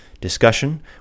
discussion